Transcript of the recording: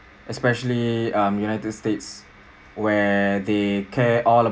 especially um united states where they care all